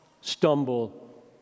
stumble